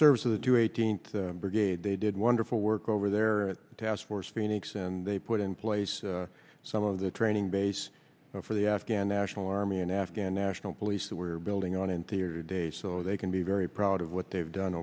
service of the two eighteenth brigade they did wonderful work over there task force phoenix and they put in place some of the training base for the afghan national army an afghan national police that we're building on interior today so they can be very proud of what they've done